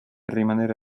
rimanere